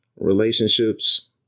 relationships